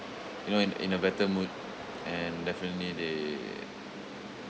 you know in in a better mood and definitely they